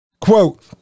Quote